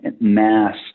mass